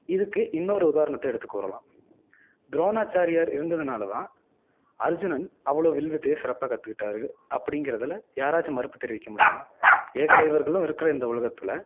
இதுக்கு இன்னொரு உதாரணத்தை எடுத்துக் கூறலாம் துரோணாச்சாரியார் இருந்ததுனால தான் அர்ஜுனன் அவ்வளோ வில் வித்தையை சிறப்பாக கற்றுக்குட்டாரு அப்படிங்குறதுல யாராச்சும் மறுப்பு தெரிவிக்க முடியுமா ஏகலைவர்களும் இருக்கிற இந்த உலகத்தில்